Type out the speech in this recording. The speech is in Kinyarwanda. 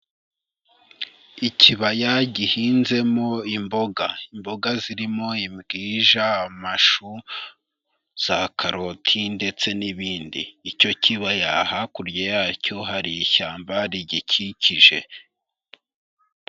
Ikibaya gihinzemo imboga, imboga zirimo imbwija, amashu, za karoti, ndetse n'ibindi, icyo kibaya hakurya yacyo hari ishyamba rigikikije.